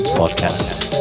podcast